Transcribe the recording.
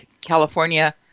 California